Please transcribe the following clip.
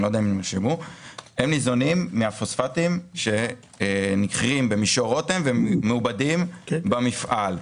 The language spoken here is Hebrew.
הם ניזונים מהפוספטים שנכרים במישור רותם ומעובדים במפעל.